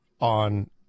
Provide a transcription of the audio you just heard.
on